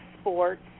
sports